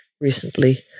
recently